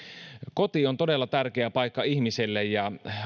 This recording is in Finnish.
koti on todella tärkeä paikka ihmiselle ja